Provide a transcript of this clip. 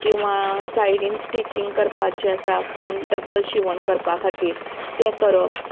किंवा सायडीन स्टिचींग करपाचें आसा आनी डब्बल शिवण करपा खातीर तें करप